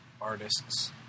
artists